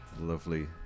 lovely